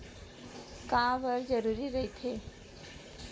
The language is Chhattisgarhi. का बार जरूरी रहि थे?